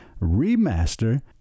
remaster